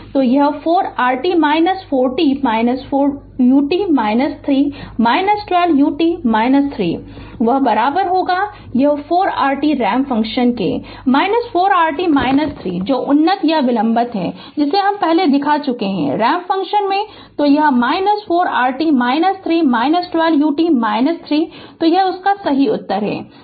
तो यह is 4 rt 4 t ut 3 12 ut 3 है वह यह 4 rtरैंप फ़ंक्शन है 4 rt 3 जो उन्नत या विलंबित है पहले ही दिखा चुका है रैंप फंक्शन में ठीक है तो 4 rt 3 12 ut 3 तो यह उत्तर है यह उत्तर सही है